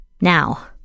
Now